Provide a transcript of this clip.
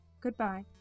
goodbye